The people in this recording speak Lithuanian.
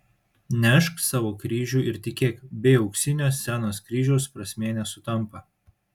nešk savo kryžių ir tikėk bei auksinio scenos kryžiaus prasmė nesutampa